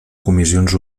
comissions